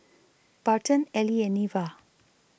Barton Ely and Neva